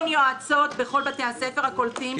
אין יועצות בכל בתי הספר הקולטים,